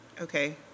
Okay